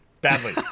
Badly